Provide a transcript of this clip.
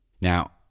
Now